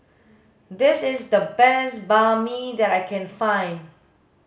this is the best Banh Mi that I can find